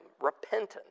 repentance